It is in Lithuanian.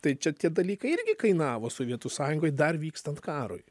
tai čia tie dalykai irgi kainavo sovietų sąjungoj dar vykstant karui